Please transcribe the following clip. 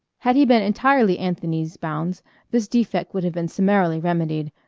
had he been entirely anthony's bounds this defect would have been summarily remedied,